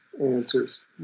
answers